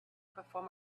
perform